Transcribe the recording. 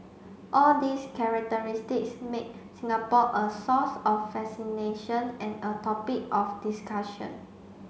all these characteristics make Singapore a source of fascination and a topic of discussion